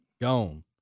Gone